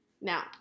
Now